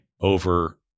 over